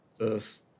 earth